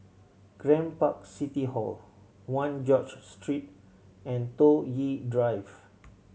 Grand Park City Hall One George Street and Toh Yi Drive